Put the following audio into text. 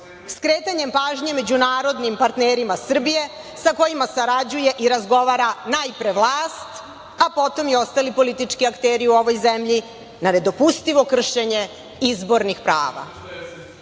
skretanjem pažnje međunarodnim partnerima Srbije sa kojima sarađuje i razgovara najpre vlast, a potom i ostali politički akteri u ovoj zemlji, na nedopustivo kršenje izbornih prava. Svesni